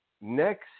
next